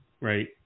right